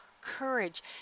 courage